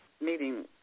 meeting